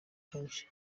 kenshi